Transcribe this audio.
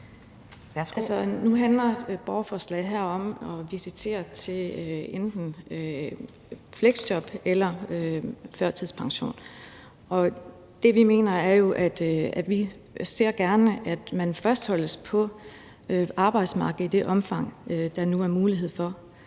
nu handler borgerforslaget om at visitere til enten fleksjob eller førtidspension, og det, vi mener, er jo, at vi gerne ser, at man fastholdes på arbejdsmarkedet i det omfang, der nu er mulighed for.